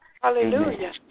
Hallelujah